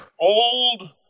old